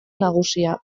nagusia